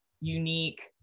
unique